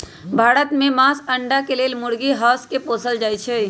भारत में मास, अण्डा के लेल मुर्गी, हास के पोसल जाइ छइ